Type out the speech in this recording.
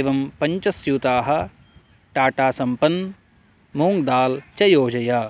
एवं पञ्च स्यूताः टाटा सम्पन् मूङ्ग् दाल् च योजय